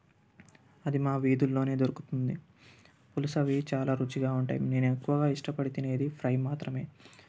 అది మా వీధులలో దొరుకుతుంది పులస అవి చాలా రుచిగా ఉంటాయి నేను ఎక్కువగా ఇష్టపడి తినేది ఫ్రై మాత్రమే